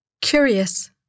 Curious